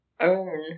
earn